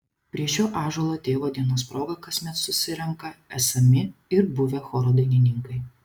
prie šio ąžuolo tėvo dienos proga kasmet susirenka esami ir buvę choro dainininkai